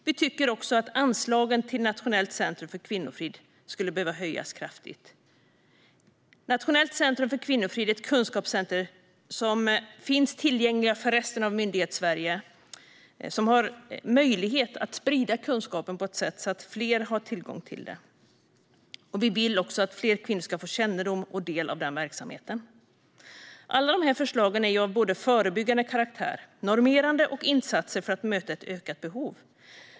Vi tycker att anslagen till Nationellt centrum för kvinnofrid behöver höjas kraftigt. Det är ett kunskapscenter som finns tillgängligt för resten av Sverige och som har möjlighet att sprida kunskap på ett sätt som gör att fler får tillgång till den. Vi vill att fler kvinnor ska få kännedom om och del av denna verksamhet. Alla dessa förslag är av förebyggande karaktär och normerande, och de är insatser för att möta ett ökat behov.